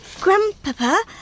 Grandpapa